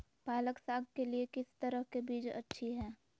पालक साग के लिए किस तरह के बीज अच्छी है?